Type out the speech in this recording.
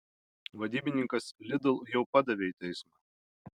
vadybininkas lidl jau padavė į teismą